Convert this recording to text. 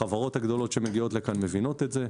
החברות הגדולות שמגיעות לכאן מבינות את זה,